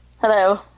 Hello